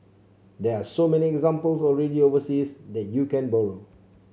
there are so many examples already overseas that you can borrow